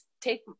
take